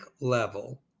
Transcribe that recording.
level